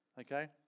Okay